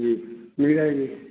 जी मेरी राय में